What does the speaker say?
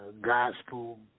gospel